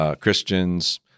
Christians